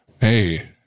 Hey